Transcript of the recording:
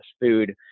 food